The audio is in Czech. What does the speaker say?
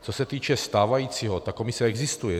Co se týče stávajícího, ta komise existuje.